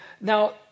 Now